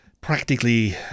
practically